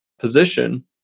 position